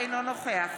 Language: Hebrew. אינו נוכח